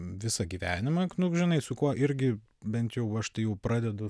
visą gyvenimą žinai su kuo irgi bent jau aš tai jau pradedu